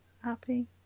Happy